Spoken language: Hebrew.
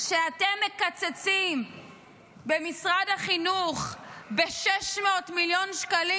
כשאתם מקצצים במשרד החינוך 600 מיליון שקלים,